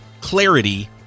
clarity